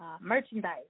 merchandise